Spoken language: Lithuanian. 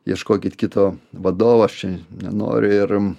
ieškokit kito vadovo aš čia nenoriu ir